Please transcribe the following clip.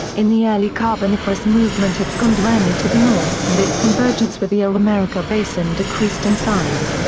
in the early carboniferous movement of gondwana to the north and its convergence with the euramerica basin decreased in size.